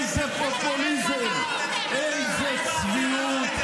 איזה פופוליזם, איזו צביעות.